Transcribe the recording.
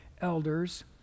elders